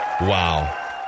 Wow